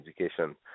education